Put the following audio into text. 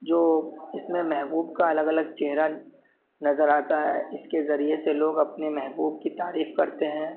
جو اس میں محبوب کا الگ الگ چہرہ نظر آتا ہے اس کے ذریعے سے لوگ اپنے محبوب کی تعریف کرتے ہیں